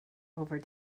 over